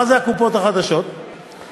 זה הנימוק שכל האגף הזה אומר אותו כל הזמן.